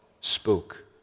spoke